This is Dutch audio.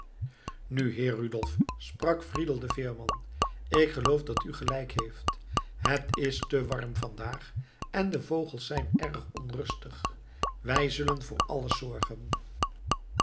nu heer rudolf sprak friedel de veerman ik geloof dat u gelijk heeft het is te warm vandaag en de vogels zijn erg onrustig wij zullen voor alles zorgen